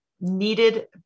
needed